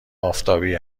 آفتابی